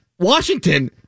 Washington